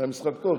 היה משחק טוב?